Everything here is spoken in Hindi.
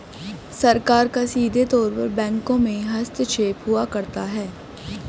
सरकार का सीधे तौर पर बैंकों में हस्तक्षेप हुआ करता है